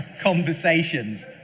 conversations